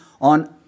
on